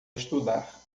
estudar